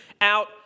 out